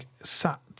sat